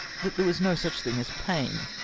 that there was no such thing as pain,